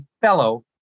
fellow